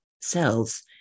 cells